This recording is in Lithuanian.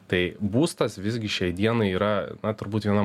tai būstas visgi šiai dienai yra na turbūt viena